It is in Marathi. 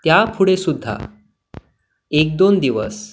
त्यापुढेसुद्धा एक दोन दिवस